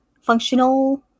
functional